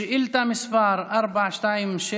שאילתה מס' 427,